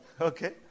Okay